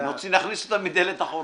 רוצים להכניס אותה מדלת אחורית....